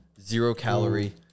zero-calorie